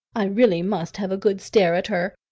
i really must have a good stare at her.